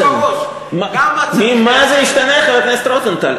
בראש, גם, ממה זה ישתנה, חבר הכנסת רוזנטל?